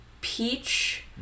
peach